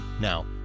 Now